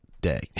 day